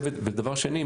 דבר שני,